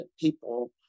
people